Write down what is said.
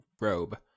robe